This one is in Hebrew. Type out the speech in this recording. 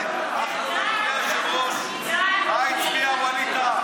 היושב-ראש, ווליד טאהא הצביע?